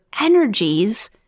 energies